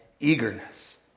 Eagerness